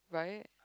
right